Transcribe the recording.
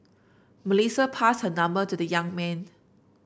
Melissa passed her number to the young man